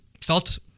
felt